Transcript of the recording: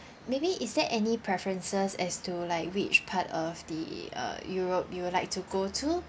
maybe is there any preferences as to like which part of the uh europe you'd like to go to